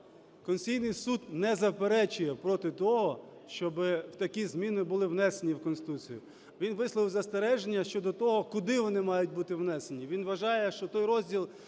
Конституційний Суд не заперечує проти того, щоб такі зміни були внесені в Конституцію. Він висловив застереження щодо того, куди вони мають бути внесені. Він вважає, що той розділ,